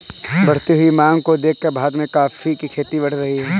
बढ़ती हुई मांग को देखकर भारत में कॉफी की खेती बढ़ रही है